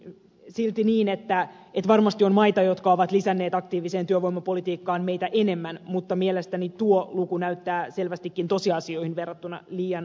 on silti niin että varmasti on maita jotka ovat lisänneet rahaa aktiiviseen työvoimapolitiikkaan meitä enemmän mutta mielestäni tuo luku näyttää selvästikin tosiasioihin verrattuna liian alhaiselta